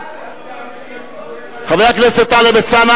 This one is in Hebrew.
מה ההתייחסות של ראש הממשלה חבר הכנסת טלב אלסאנע,